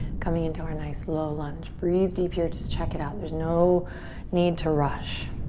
coming into our nice low lunge. breathe deep here. just check it out. there's no need to rush.